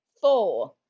Four